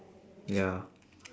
ya